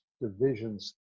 divisions